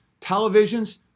televisions